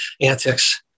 antics